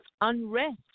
unrest